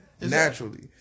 Naturally